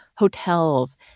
hotels